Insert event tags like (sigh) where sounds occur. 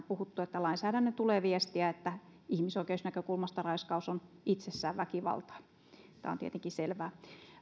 (unintelligible) puhuttu että lainsäädännön tulee viestiä että ihmisoikeusnäkökulmasta raiskaus on itsessään väkivaltaa tämä on tietenkin selvää